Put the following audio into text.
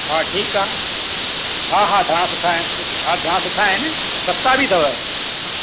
हा ठीकु आहे हा हा धाणा सुठा आहिनि सु हा धाणा सुठा आहिनि सस्ता बि अथव